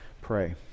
pray